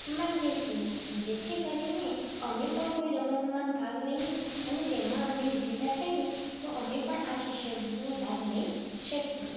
માગીએ છીએ જેથી કરીને અમે પણ કોઈ રમતમાં ભાગ લઈએ અને તેમાં અમે વિજેતા થઈએ તો અમે પણ આ શિષ્યવૃત્તિને લાભ લઈ શકીએ